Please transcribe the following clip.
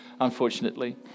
unfortunately